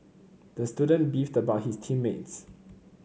the student beefed about his team mates